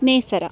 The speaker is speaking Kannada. ನೇಸರ